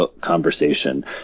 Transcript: conversation